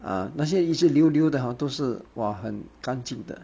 ah 那些一直流流的好好像都是很干净的